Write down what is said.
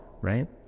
right